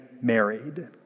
married